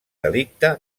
delicte